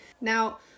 Now